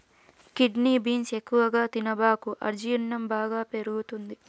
kidney beans ఎక్కువగా తినబాకు అజీర్ణం బాగా పెరుగుతది